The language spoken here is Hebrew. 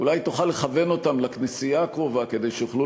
אולי תוכל לכוון אותם לכנסייה הקרובה כדי שיוכלו